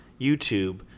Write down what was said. youtube